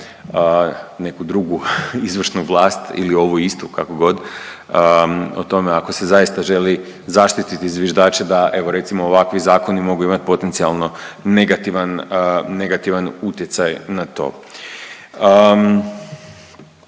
neku drugu izvršnu vlast ili ovu istu kako god. O tome ako se zaista želi zaštititi zviždače da evo recimo ovakvi zakoni mogu imati potencijalno negativan utjecaj na to.